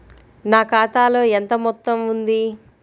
నా ఖాతాలో ఎంత మొత్తం ఉంది?